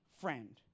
friend